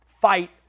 fight